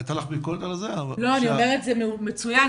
זה מצוין,